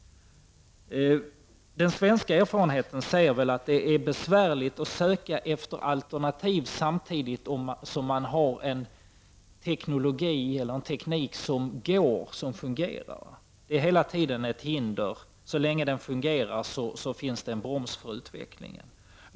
Den svenska erfarenheten säger väl att det är besvärligt att söka efter alternativ samtidigt som man har en teknik som fungerar. Så länge tekniken fungerar innebär den en broms på utvecklingen.